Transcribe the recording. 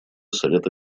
совета